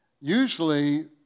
Usually